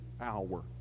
hour